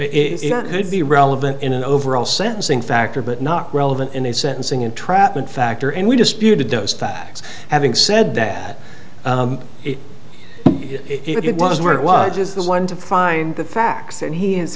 would be relevant in an overall sentencing factor but not relevant in the sentencing entrapment factor and we disputed those facts having said that if it was where it was just the one to find the facts and he has